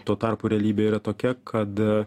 tuo tarpu realybė yra tokia kad